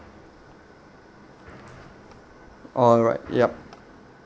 alright yup